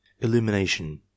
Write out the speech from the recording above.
Illumination